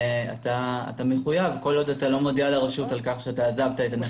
אתה מחויב כל עוד אתה לא מודיע לרשות שעזבת את הנכס הישן.